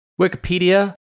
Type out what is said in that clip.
Wikipedia